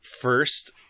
First